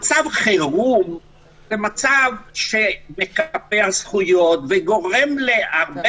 מצב חירום זה מצב שמקבע זכויות וגורם להרבה